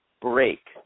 break